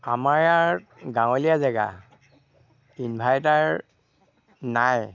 আমাৰ ইয়াত গাঁৱলীয়া জেগা ইনভাৰ্টাৰ নাই